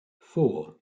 four